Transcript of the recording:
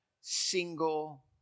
single